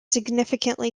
significantly